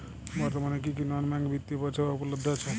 বর্তমানে কী কী নন ব্যাঙ্ক বিত্তীয় পরিষেবা উপলব্ধ আছে?